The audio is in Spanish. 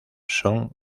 son